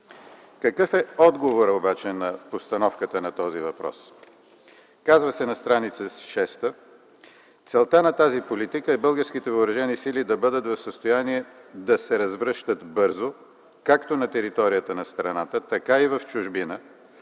Какъв е отговорът обаче на постановката на този въпрос? На стр. 6 се казва, че: „целта на тази политика е българските Въоръжени сили да бъдат в състояние да се развръщат бързо както на територията на страната, така и в чужбина